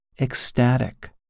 ecstatic